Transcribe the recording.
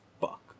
Fuck